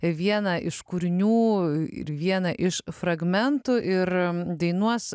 vieną iš kūrinių ir vieną iš fragmentų ir dainuos